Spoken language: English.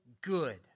good